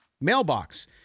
Mailbox